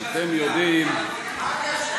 אתם יודעים, מה הקשר?